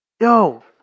Yo